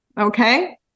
okay